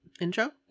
Intro